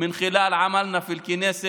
מיוחדים אני רוצה לברך את כל ילדינו,